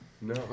No